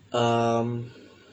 um